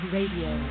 Radio